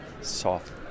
soft